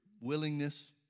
willingness